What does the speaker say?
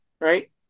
right